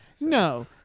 No